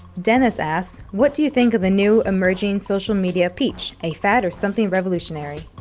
deniz asks, what do you think of the new emerging social media peach? a fad or something revolutionary?